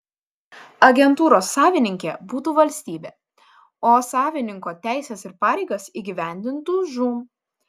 agentūros savininkė būtų valstybė o savininko teises ir pareigas įgyvendintų žūm